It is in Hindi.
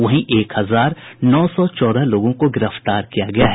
वहीं एक हजार नौ सौ चौदह लोगों को गिरफ्तार किया गया है